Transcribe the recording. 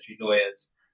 lawyers